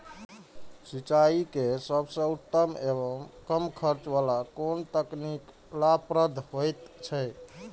सिंचाई के सबसे उत्तम एवं कम खर्च वाला कोन तकनीक लाभप्रद होयत छै?